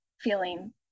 feeling